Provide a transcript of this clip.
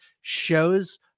shows